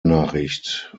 nachricht